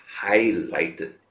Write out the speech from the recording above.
highlighted